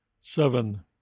Seven